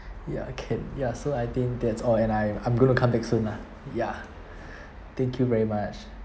ya can ya so I think that's all and I I'm gonna come back soon lah ya thank you very much